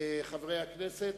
חברי הכנסת,